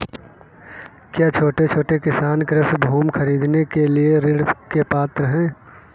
क्या छोटे किसान कृषि भूमि खरीदने के लिए ऋण के पात्र हैं?